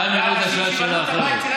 איימן עודה שאל שאלה אחרת.